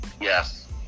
Yes